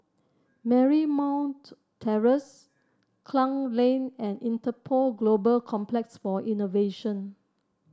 Marymount Terrace Klang Lane and Interpol Global Complex for Innovation